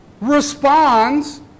responds